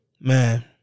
man